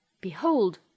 Behold